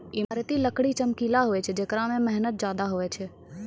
ईमारती लकड़ी चमकिला हुवै छै जेकरा मे मेहनत ज्यादा हुवै छै